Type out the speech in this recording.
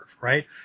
Right